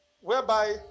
whereby